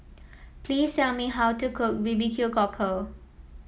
please tell me how to cook B B Q Cockle